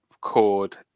cord